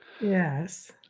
yes